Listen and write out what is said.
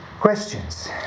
Questions